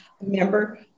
member